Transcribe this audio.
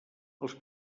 els